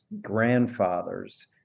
grandfathers